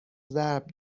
ضرب